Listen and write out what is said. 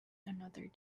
another